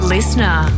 Listener